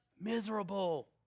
miserable